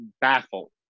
baffled